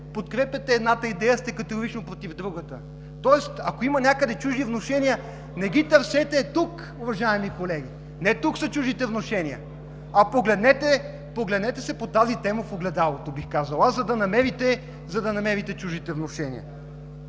подкрепяте едната идея, а сте категорично против другата. (Шум и реплики от БСП ЛБ.) Тоест, ако има някъде чужди внушения, не ги търсете тук, уважаеми колеги! Не тук са чуждите внушения, а погледнете се по тази тема в огледалото, бих казал аз, за да намерите чуждите внушения.